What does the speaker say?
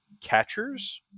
catchers